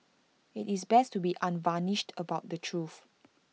IT is best to be unvarnished about the truth